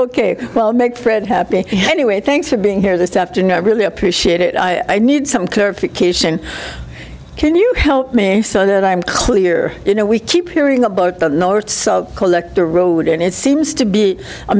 ok well make fred happy anyway thanks for being here this afternoon i really appreciate it i need some clarification can you help me so that i'm clear you know we keep hearing about the collector road and it seems to be a